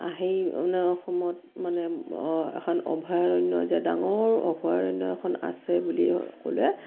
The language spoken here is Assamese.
আহি মানে অসমত মানে এখন অভয়াৰণ্য যে ডাঙৰ অভয়াৰণ্য এখন আছে বুলি